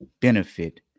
benefit